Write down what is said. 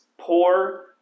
poor